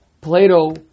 Plato